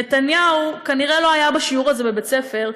נתניהו כנראה לא היה בשיעור הזה בבית-ספר,